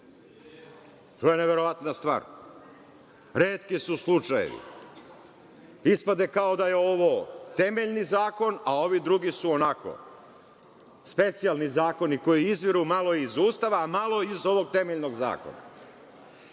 To je neverovatna stvar. Retki su slučajevi, ispade kao da je ovo temeljni zakon, a ovi drugi su onako, specijalni zakoni koji izviru malo iz Ustava, malo iz ovog temeljnog zakona. Sada,